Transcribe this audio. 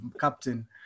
captain